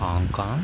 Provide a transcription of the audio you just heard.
Hong Kong